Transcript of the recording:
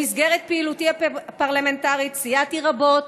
במסגרת פעילותי הפרלמנטרית סייעתי רבות